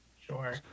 Sure